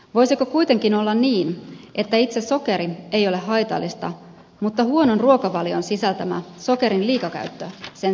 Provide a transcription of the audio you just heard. voisiko kuitenkin olla niin että itse sokeri ei ole haitallista mutta huonon ruokavalion sisältämän sokerin liikakäyttö sen sijaan on